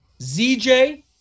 ZJ